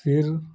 پھر